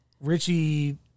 Richie